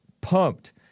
pumped